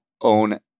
own